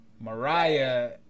Mariah